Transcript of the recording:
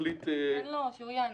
תן לו, שהוא יענה.